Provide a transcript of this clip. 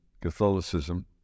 Catholicism